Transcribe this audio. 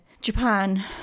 Japan